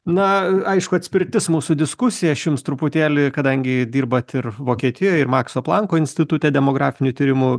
na aišku atspirtis mūsų diskusija aš jums truputėlį kadangi dirbat ir vokietijoj ir makso planko institute demografinių tyrimų